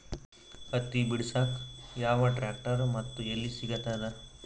ಹತ್ತಿ ಬಿಡಸಕ್ ಯಾವ ಟ್ರ್ಯಾಕ್ಟರ್ ಮತ್ತು ಎಲ್ಲಿ ಸಿಗತದ?